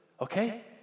okay